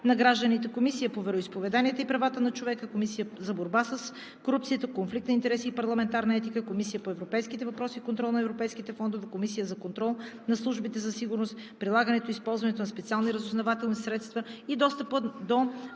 на гражданите, Комисията по вероизповеданията и правата на човека, Комисията за борба с корупцията, конфликт на интереси и парламентарна етика, Комисията по европейските въпроси и контрол на европейските фондове, Комисията за контрол над службите за сигурност, прилагането и използването на специалните разузнавателни средства и достъпа до